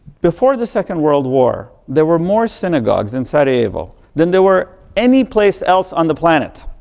before the second world war, there were more synagogues in sarajevo than there were any place else on the planet.